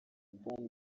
bon